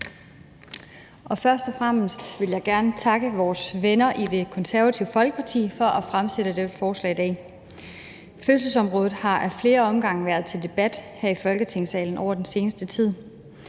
Først og fremmest vil jeg gerne takke vores venner i Det Konservative Folkeparti for at fremsætte det forslag, vi behandler i dag. Fødselsområdet har ad flere omgange været til debat her i Folketingssalen i den seneste tid.